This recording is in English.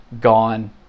gone